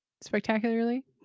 spectacularly